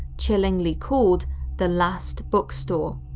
chillingly called the last book store.